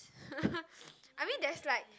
I mean there's like